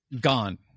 gone